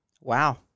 Wow